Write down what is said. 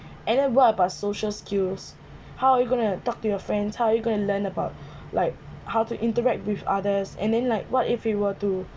and then what about social skills how are you going to talk to your friends how are you going to learn about like how to interact with others and then like what if he were to